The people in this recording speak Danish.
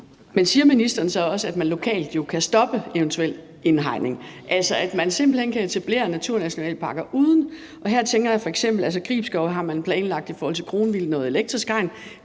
det. Siger ministeren så også, at man lokalt kan stoppe en eventuel indhegning? Man kan simpelt hen etablere naturnationalparker uden et hegn. Her tænker jeg f.eks. på Gribskov. Der har man i forhold til kronvildt planlagt et elektrisk hegn.